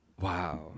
Wow